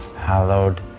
hallowed